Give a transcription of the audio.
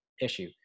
issue